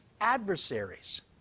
adversaries